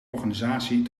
organisatie